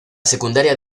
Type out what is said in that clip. secundaria